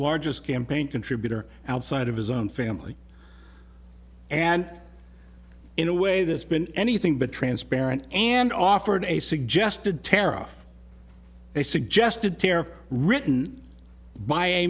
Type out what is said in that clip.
largest campaign contributor outside of his own family and in a way that's been anything but transparent and offered a suggested tera a suggested tear written by a